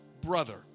brother